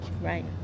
Right